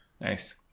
nice